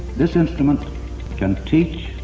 this instrument can teach.